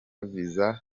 visa